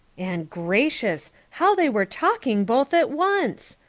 and gracious, how they were talking both at once!